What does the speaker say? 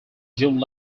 june